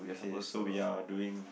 okay so we are doing